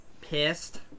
pissed